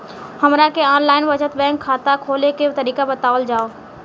हमरा के online बचत बैंक खाता खोले के तरीका बतावल जाव?